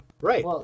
Right